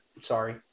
sorry